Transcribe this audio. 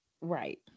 Right